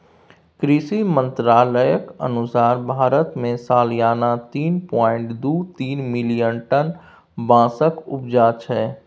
कृषि मंत्रालयक अनुसार भारत मे सलियाना तीन पाँइट दु तीन मिलियन टन बाँसक उपजा छै